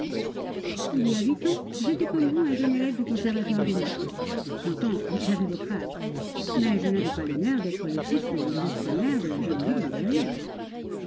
il y a huit ans j'étais comme vous un jeune élève du conservatoire de naples j'entends j'avais votre âge mais je n'avais pas l'honneur d'être le fils de l'illustre maire de la jolie ville de verrières